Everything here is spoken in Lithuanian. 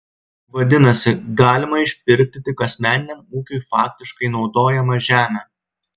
vadinasi galima išpirkti tik asmeniniam ūkiui faktiškai naudojamą žemę